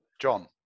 John